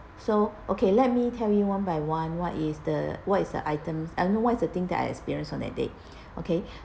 so okay let me tell you one by one what is the what is the items uh what is the thing that I experienced on that day okay